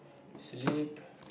sleep